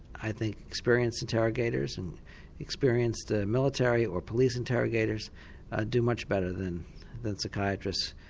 i think experienced interrogators and experienced ah military or police interrogators ah do much better than than psychiatrists.